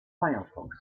firefox